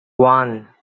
one